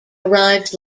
arrives